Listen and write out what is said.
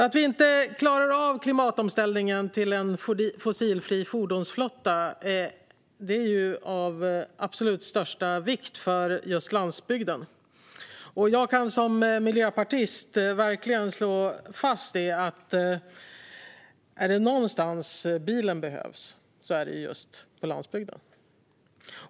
Att vi klarar av klimatomställningen till en fossilfri fordonsflotta är av absolut största vikt för landsbygden. Som miljöpartist kan jag verkligen slå fast följande: Är det någonstans bilen behövs är det just på landsbygden.